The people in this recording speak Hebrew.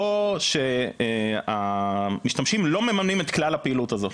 כלומר, המשתמשים לא מממנים את כלל הפעילות הזו.